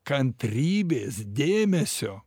kantrybės dėmesio